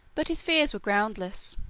but his fears were groundless.